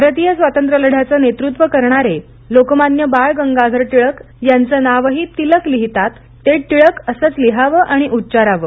भारतीय स्वातंत्र्यलढ्याचं नेतृत्व करणारे लोकमान्य बाळ गंगाधर टिळक यांचं नावही तिलक लिहीतात ते टिळक असंच लिहावं आणि उच्चारावं